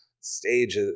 stage